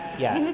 yeah.